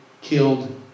killed